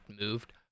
moved